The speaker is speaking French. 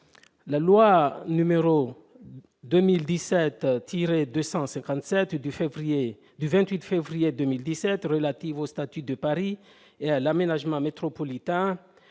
La loi n° 2017-257 du 28 février 2017 relative au statut de Paris et à l'aménagement métropolitain